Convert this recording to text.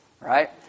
Right